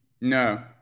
No